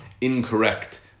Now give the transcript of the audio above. incorrect